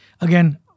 Again